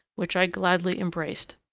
which i gladly embraced.